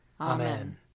Amen